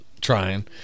trying